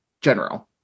General